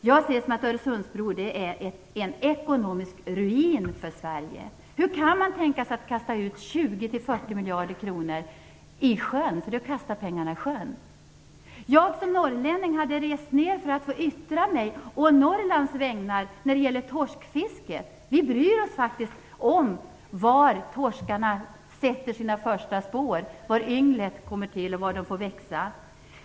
Jag ser det som att Öresundsbron är en ekonomisk ruin för Sverige. Hur kan man tänka sig att kasta 20 - 40 miljarder kronor i sjön, för detta är att kasta pengarna i sjön. Jag, som norrlänning, hade rest ned för att få yttra mig å Norrlands vägnar när det gäller torskfisket. Vi bryr oss faktiskt om var torskarna sätter sina första spår, var ynglen kommer till och var de får växa.